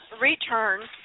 return